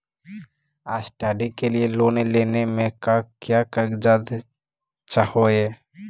Study के लिये loan लेने मे का क्या कागजात चहोये?